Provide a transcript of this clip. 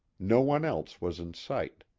no one else was in sight.